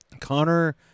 Connor